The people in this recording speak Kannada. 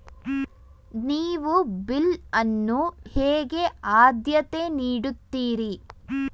ನೀವು ಬಿಲ್ ಅನ್ನು ಹೇಗೆ ಆದ್ಯತೆ ನೀಡುತ್ತೀರಿ?